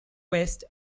west